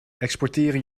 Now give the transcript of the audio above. exporteren